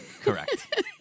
Correct